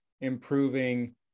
improving